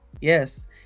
Yes